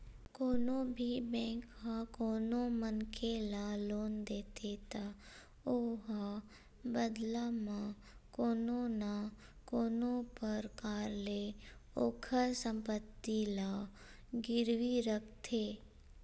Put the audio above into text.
कोनो भी बेंक ह कोनो मनखे ल लोन देथे त ओहा बदला म कोनो न कोनो परकार ले ओखर संपत्ति ला गिरवी रखथे